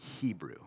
Hebrew